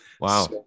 Wow